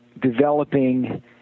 developing